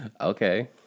okay